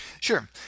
Sure